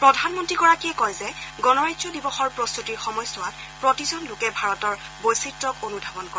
প্ৰধানমন্ত্ৰীগৰাকীয়ে কয় যে গণৰাজ্য দিৱসৰ প্ৰস্ততিৰ সময়ছোৱাত প্ৰতিজন লোকে ভাৰতৰ বৈচিত্ৰ্যক অনুধাৱন কৰে